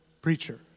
preacher